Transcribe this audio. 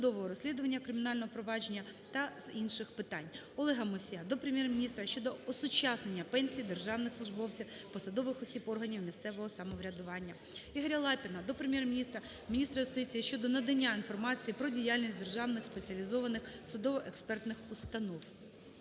досудового розслідування кримінального провадження та з інших питань. Олега Мусія до Прем'єр-міністра щодо осучаснення пенсій державних службовців, посадових осіб органів місцевого самоврядування. Ігоря Лапіна до Прем'єр-міністра, міністра юстиції щодо надання інформації про діяльність державних спеціалізованих судово-експертних установ.